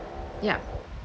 yup